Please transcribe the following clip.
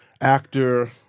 actor